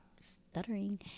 stuttering